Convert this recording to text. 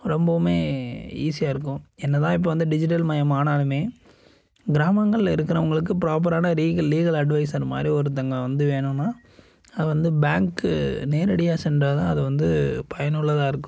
ரொம்பவுமே ஈஸியாக இருக்கும் என்னதான் இப்ப வந்து டிஜிட்டல் மயமாக ஆனாலுமே கிராமங்கள்ல இருக்கிறவங்களுக்கு ப்ராப்பரான லீகில் லீகில் அட்வைசர் மாதிரி ஒருத்தவங்க வந்து வேணும்னா அது வந்து பேங்க் நேரடியாக சென்றால்தான் அது வந்து பயனுள்ளதாக இருக்கும்